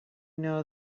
know